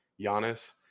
Giannis